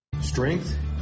Strength